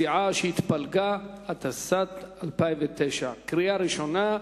(סיעה שהתפלגה), התשס"ט 2009, קריאה ראשונה.